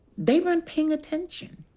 they weren't paying attention.